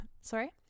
sorry